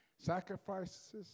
sacrifices